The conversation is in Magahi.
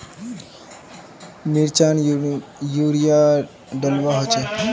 मिर्चान यूरिया डलुआ होचे?